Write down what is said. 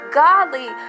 godly